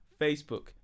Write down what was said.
Facebook